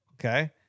okay